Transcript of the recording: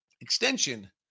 extension